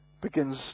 begins